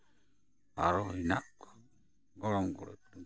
ᱟᱨᱚ ᱤᱧᱟ ᱜ ᱜᱚᱲᱚᱢ ᱠᱩᱲᱤ